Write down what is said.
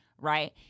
right